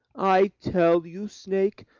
i tell you, snake,